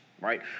right